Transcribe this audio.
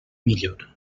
millor